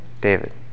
David